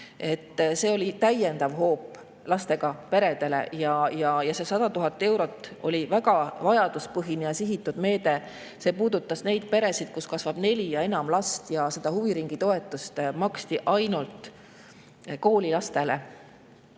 see oli täiendav hoop lastega peredele. See 100 000 eurot oli väga vajaduspõhine ja sihitud meede. See puudutas neid peresid, kus kasvab neli ja enam last, ja seda huviringitoetust maksti ainult koolilastele,